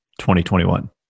2021